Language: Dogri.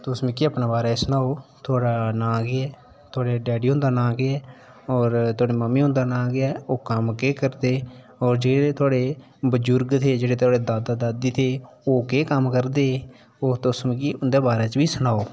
तुस मिगी अपने बारे च सनाओ थुआड़ा नांऽ केह् ऐ थुआड़े डैडी हुंदा नांऽ केह् ऐ होर थुआड़ी मम्मी हुंदा नांऽ केह् ऐ ओह् कम्म केह् करदे होर जेह्ड़े बजुर्ग हे जेह्ड़े थुआड़े दादा दादी हे ओह् केह् कम्म करदे ओह् तुस मिगी उं'दे बारे च बी सनाओ